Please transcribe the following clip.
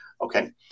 Okay